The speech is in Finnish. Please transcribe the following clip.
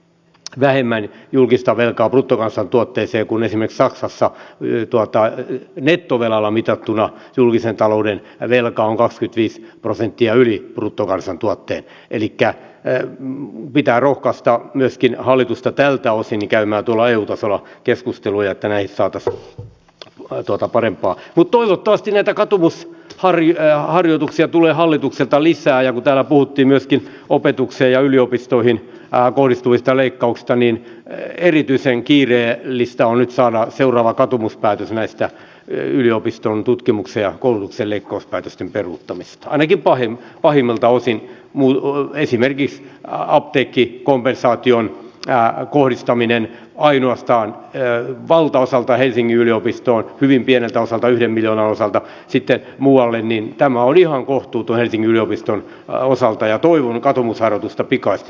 vähemmän julkista velkaa bruttokansantuotteeseen kun menimme saksassa yli tuhattaitu nettovelalla mitattuna julkisen talouden velka on kakskytviis prosenttia yli bruttokansantuotteen elikkä ei pidä rohkasta myöskin hallitusta tältä osin käymään tuollailta salaa keskusteluja tämä ei saa tästä tulee tuota parempaa toivottavasti näitä katumus harria ja harjoituksia tulee hallitukselta lisää ja täällä puhuttiin myöskin opetukseen ja yliopistoihin kohdistuvista leikkauksista niin erityisen kiireellistä on nyt saada seuraava katumuspäätösmäistä yliopiston tutkimuksen ja koulutuksen leikkauspäätösten peruuttamisesta ainakin pahin pahimmilta osin muilla esimerkiksi saab teki kompensaatio on väärä kuristaminen ainoastaan tee valtaosalta helsingin yliopisto on hyvin pienestä osalta yli miljoona osalta sitten muualle niin tämä on ihan kohtuutonenkin yliopiston osalta ja tuin katumusharjoitusta pikaisesti